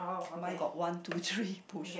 mine got one two three push